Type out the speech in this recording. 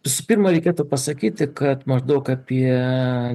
visų pirma reikėtų pasakyti kad maždaug apie